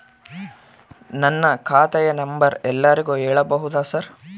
ನನ್ನ ಖಾತೆಯ ನಂಬರ್ ಎಲ್ಲರಿಗೂ ಹೇಳಬಹುದಾ ಸರ್?